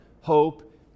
hope